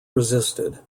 resisted